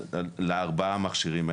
לארבעה מכשירים האלה.